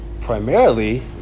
primarily